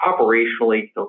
operationally